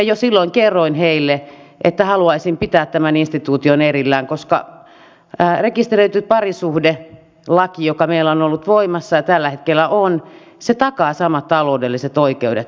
jo silloin olen kertonut heille että haluaisin pitää tämän instituution erillään koska laki rekisteröidystä parisuhteesta joka meillä on ollut voimassa ja tällä hetkellä on takaa samat taloudelliset oikeudet aviopareille